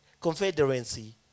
confederacy